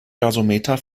gasometer